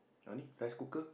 ah rice cooker